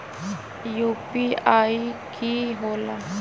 UPI कि होला?